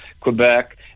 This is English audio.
Quebec